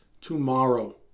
tomorrow